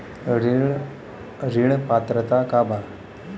ऋण पात्रता का बा?